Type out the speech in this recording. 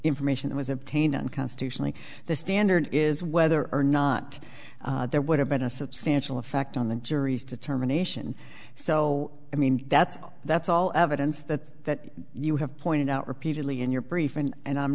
information was obtained unconstitutionally the standard is whether or not there would have been a substantial effect on the jury's determination so i mean that's that's all evidence that you have pointed out repeatedly in your brief and i'm